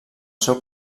seu